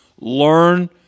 learn